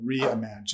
reimagine